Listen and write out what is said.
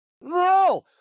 No